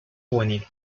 juvenil